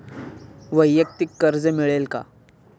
वैयक्तिक कर्ज मिळेल का?